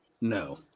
No